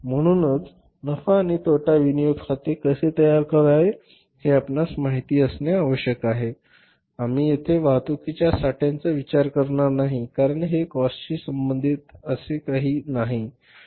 म्हणून नफा आणि तोटा विनियोग खाते कसे तयार करावे हे आपणास माहित असणे आवश्यक आहे म्हणून आम्ही येथे वाहतुकीच्या साठ्यांचा विचार करणार नाही कारण हे काॅस्टशी संबंधित असे काही नाही